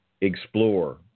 explore